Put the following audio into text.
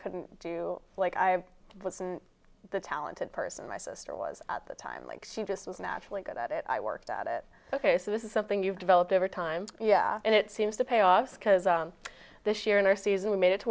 couldn't do like i was in the talented person my sister was at the time like she just was naturally good at it i worked at it ok so this is something you've developed over time and it seems to pay off because this year in our season we made it to